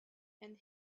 and